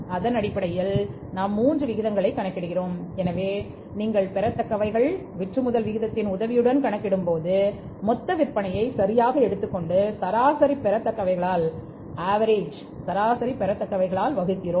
அதன் அடிப்படையில் நாம் மூன்று விகிதங்களைக் கணக்கிடுகிறோம் எனவே நீங்கள் பெறத்தக்கவைகள் விற்றுமுதல் விகிதத்தின் உதவியுடன் கணக்கிடும்போது மொத்த விற்பனையை சரியாக எடுத்துக்கொண்டு சராசரி பெறத்தக்கவைகளால் வகுக்கிறோம்